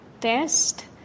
test